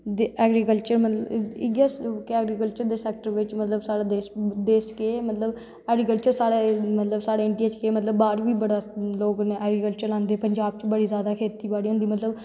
agriculture मतलव इयै agriculture दे सैक्टर बिच्च साढ़ा बेस केह् ऐ मतलव ऐग्रीतल्चर साढ़ै मतलव साढ़ै देश च केह् मतलव बाह्र बी लोग न ऐग्रीतल्चर लांदें पंजाब च बड़ी जादा खेत्ती बाड़ी होंदी मतलव